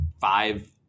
five